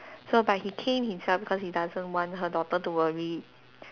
so but he came himself because he doesn't want her daughter to worry